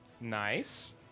Nice